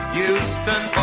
Houston